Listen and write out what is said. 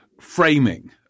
framing